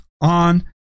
on